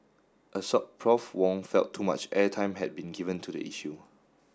assoc Prof Wong felt too much airtime had been given to the issue